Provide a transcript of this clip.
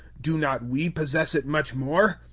do not we possess it much more?